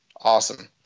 awesome